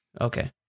okay